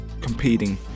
competing